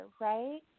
right